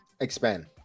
expand